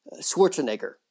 Schwarzenegger